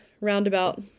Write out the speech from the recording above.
roundabout